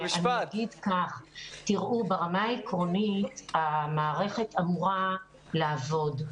ברמה העקרונית המערכת אמורה לעבוד.